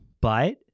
But-